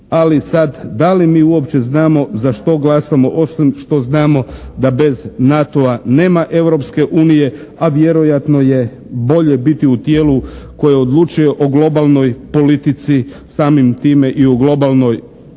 ali sad da li mi uopće znamo za što glasamo osim što znamo da bez NATO-a nema Europske unije, a vjerojatno je bolje biti u tijelu koje odlučuje o globalnoj politici, samim time i o globalnoj